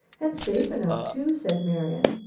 and safe enough too, said marian.